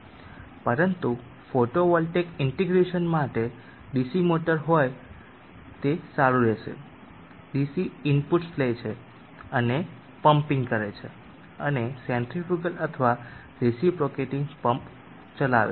પરંતુ photovoltaic integration માટે DC motor હોય તેવું સારું રહેશે ડીસી ઇનપુટ્સ લે છે અને પમ્પિંગ કરે છે અને સેન્ટ્રીફુગલ અથવા રિપ્રોસેટિંગ પમ્પ ચલાવે છે